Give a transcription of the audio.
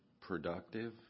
productive